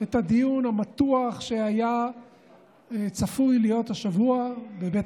את הדיון המתוח שהיה צפוי להיות השבוע בבית